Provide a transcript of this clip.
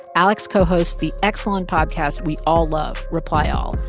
alex co-hosts the excellent podcast we all love reply all.